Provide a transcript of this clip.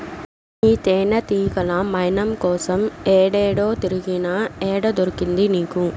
ఈ తేనెతీగల మైనం కోసం ఏడేడో తిరిగినా, ఏడ దొరికింది నీకు